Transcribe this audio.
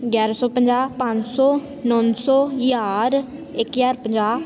ਗਿਆਰਾਂ ਸੌ ਪੰਜਾਹ ਪੰਜ ਸੌ ਨੌ ਸੌ ਹਜ਼ਾਰ ਇੱਕ ਹਜ਼ਾਰ ਪੰਜਾਹ